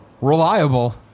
reliable